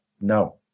no